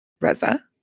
Reza